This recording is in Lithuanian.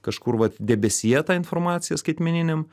kažkur vat debesyje tą informaciją skaitmeniniam